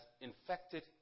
infected